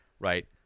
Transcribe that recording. Right